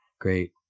great